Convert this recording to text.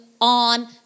on